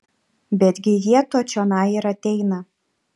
betgi jie to čionai ir ateina